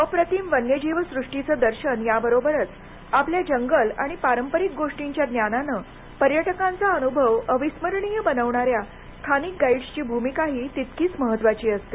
अप्रतिम वन्यजीवसृष्टीचे दर्शन या बरोबरच आपल्या जंगल आणि पारंपरिक गोष्टींच्या ज्ञानाने पर्यटकांचा अनुभव अविस्मरणीय बनवणाऱ्या स्थानिक गाईडसची भूमिकाही तितकीच महत्त्वाची असते